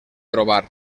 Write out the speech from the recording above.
trobar